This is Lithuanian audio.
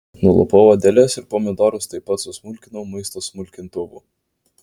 nulupau odeles ir pomidorus taip pat susmulkinau maisto smulkintuvu